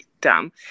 dumb